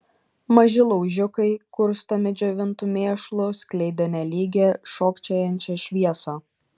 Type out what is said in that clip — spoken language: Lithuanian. maži laužiukai kurstomi džiovintu mėšlu skleidė nelygią šokčiojančią šviesą